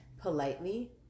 Politely